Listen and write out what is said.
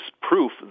proof